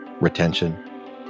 Retention